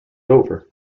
over